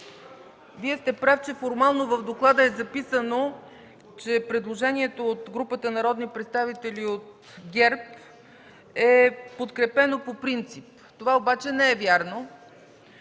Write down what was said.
Вие сте прав – в доклада формално е записано, че предложението от групата народни представители от ГЕРБ е подкрепено по принцип. Това обаче не е вярно,